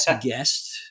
guest